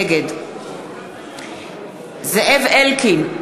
נגד זאב אלקין,